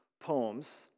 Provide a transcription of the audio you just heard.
poems